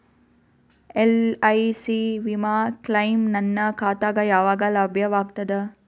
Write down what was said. LIC ವಿಮಾ claim ನನ್ನ ಖಾತಾಗ ಯಾವಾಗ ಲಭ್ಯವಾಗತದ?